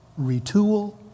retool